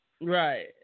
Right